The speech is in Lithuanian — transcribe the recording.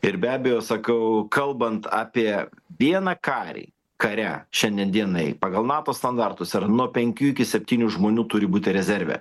ir be abejo sakau kalbant apie vieną karį kare šiandien dienai pagal nato standartus yra nuo penkių iki septynių žmonių turi būti rezerve